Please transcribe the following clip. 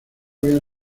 habían